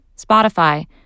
Spotify